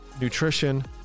nutrition